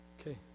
Okay